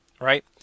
Right